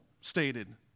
stated